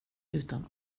utan